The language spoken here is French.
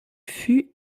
fut